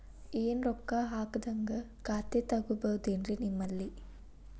ಏನು ರೊಕ್ಕ ಹಾಕದ್ಹಂಗ ಖಾತೆ ತೆಗೇಬಹುದೇನ್ರಿ ನಿಮ್ಮಲ್ಲಿ?